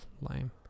lame